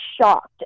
shocked